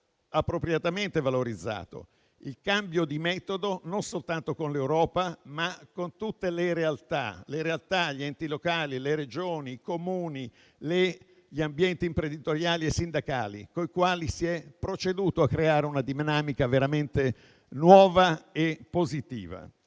appropriatamente valorizzato: il cambio di metodo non soltanto con l'Europa, ma con tutte le realtà, gli enti locali, le Regioni, i Comuni e gli ambienti imprenditoriali e sindacali, con i quali si è proceduto a creare una dinamica veramente nuova e positiva.